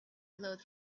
glowed